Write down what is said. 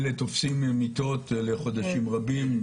אלה תופסים מיטות לחודשים רבים.